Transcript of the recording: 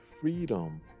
freedom